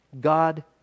God